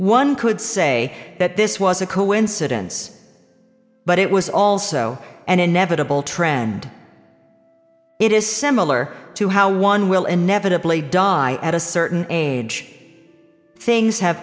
one could say that this was a coincidence but it was also an inevitable trend it is similar to how one will inevitably die at a certain age things have